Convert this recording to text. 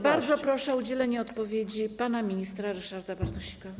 Bardzo proszę o udzielenie odpowiedzi pana ministra Ryszarda Bartosika.